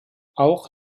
auch